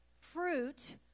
fruit